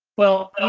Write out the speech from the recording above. well, ah